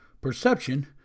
perception